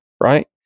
right